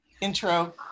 intro